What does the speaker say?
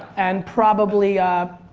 and probably.